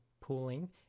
pooling